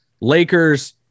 Lakers